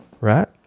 right